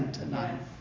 tonight